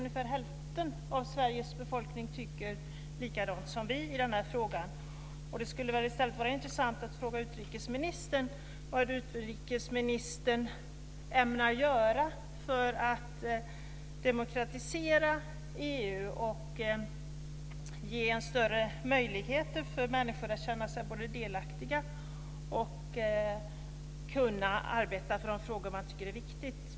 Ungefär halva Sveriges befolkning tycker likadant som vi i den frågan. Det skulle vara intressant att fråga utrikesministern vad utrikesministern ämnar göra för att demokratisera EU och ge större möjligheter för människor att känna sig delaktiga och arbeta för de frågor de tycker är viktiga.